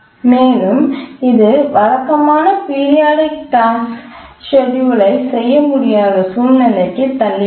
மேலும் இது வழக்கமான பீரியாடிக் டாஸ்க் ஷெட்யூல் செய்ய முடியாத சூழ்நிலைக்கு தள்ளிவிடும்